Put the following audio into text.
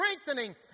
Strengthening